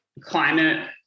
climate